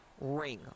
ring